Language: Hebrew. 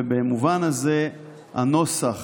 ובמובן הזה הנוסח